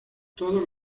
todos